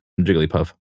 Jigglypuff